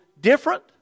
different